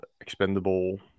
expendable